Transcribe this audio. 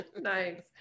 Nice